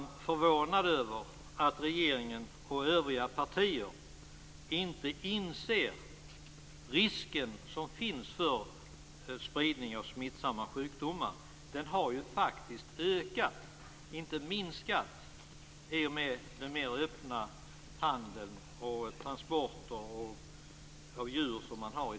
Jag är förvånad över att regeringen och övriga partier inte inser risken som finns för spridning av smittsamma sjukdomar. Den har faktiskt ökat, inte minskat, i och med den numera öppna handeln och transporter av djur.